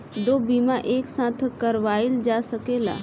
दो बीमा एक साथ करवाईल जा सकेला?